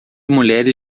mulheres